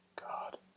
God